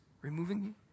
Removing